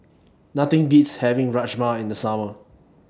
Nothing Beats having Rajma in The Summer